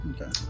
Okay